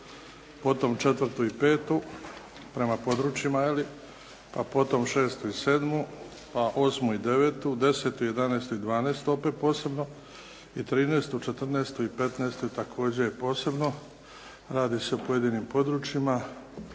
potom četvrtu i petu, prema područjima pa potom šestu i sedmu, pa osmu i devetu, desetu, jedanaestu i dvanaestu opet posebno i trinaestu, četrnaestu i petnaestu također posebno. Radi se o pojedinim područjima,